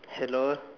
hello